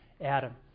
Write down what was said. Adam